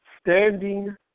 standing